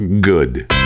good